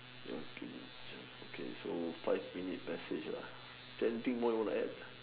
okay so five minutes message anything more you want to add